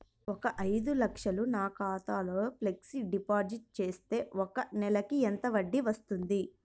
ఒక ఐదు లక్షలు నా ఖాతాలో ఫ్లెక్సీ డిపాజిట్ చేస్తే ఒక నెలకి ఎంత వడ్డీ వర్తిస్తుంది?